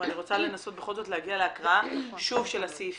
אני רוצה לנסות בכל זאת להגיע להקראה של הסעיפים